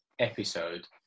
Episode